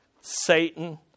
Satan